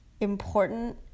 important